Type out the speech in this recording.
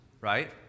right